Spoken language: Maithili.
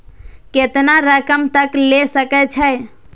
केतना रकम तक ले सके छै?